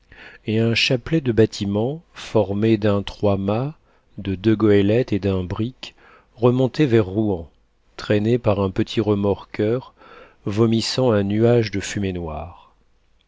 et un chapelet de bâtiments formé d'un trois-mâts de deux goélettes et d'un brick remontait vers rouen traîné par un petit remorqueur vomissant un nuage de fumée noire